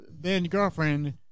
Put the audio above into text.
then-girlfriend